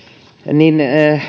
niin